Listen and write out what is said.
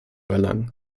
erlangen